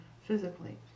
physically